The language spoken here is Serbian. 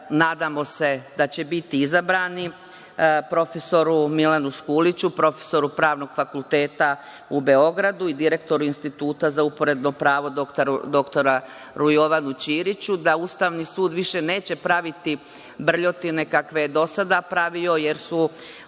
nadamo se da će biti izabrani, profesoru Milanu Škuliću, profesoru Pravnog fakulteta u Beogradu i direktoru Instituta za uporedno pravo doktora Jovanu Ćiriću, da Ustavni sud više neće praviti brljotine kakve je do sada pravio, jer su